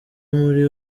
muri